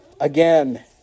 again